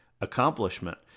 accomplishment